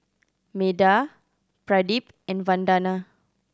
Medha Pradip and Vandana